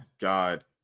God